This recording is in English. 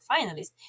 finalists